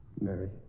Mary